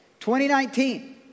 2019